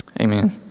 amen